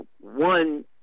one